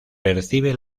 percibe